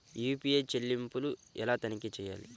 UPI చెల్లింపులు ఎలా తనిఖీ చేయాలి?